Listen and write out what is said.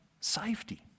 Safety